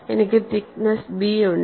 എനിക്ക് thickness B ഉണ്ട്